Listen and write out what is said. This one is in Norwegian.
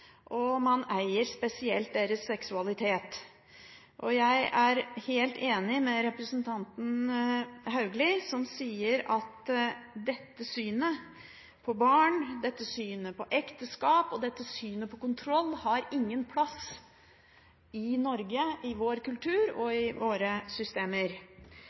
og man eier spesielt deres seksualitet. Jeg er helt enig med representanten Haugli, som sier at dette synet på barn, dette synet på ekteskap og dette synet på kontroll ikke har noen plass i Norge, i vår kultur og i våre systemer.